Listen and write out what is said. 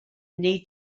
need